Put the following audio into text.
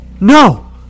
No